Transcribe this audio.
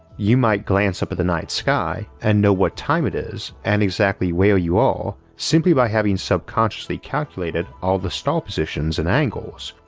you might glance up at the night sky and know what time it is and exactly where you are simply by having subconsciously calculated all the star positions and angles,